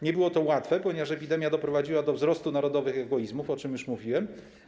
Nie było to łatwe, ponieważ epidemia doprowadziła do wzrostu narodowych egoizmów, o czym już mówiłem.